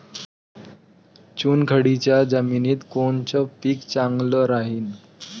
चुनखडीच्या जमिनीत कोनचं पीक चांगलं राहीन?